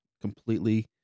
completely